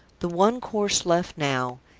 the one course left now,